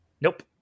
Nope